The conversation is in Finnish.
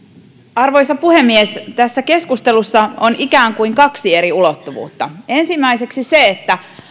arvoisa puhemies tässä keskustelussa on ikään kuin kaksi eri ulottuvuutta ensimmäiseksi se